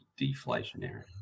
deflationary